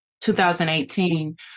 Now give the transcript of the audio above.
2018